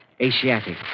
Asiatic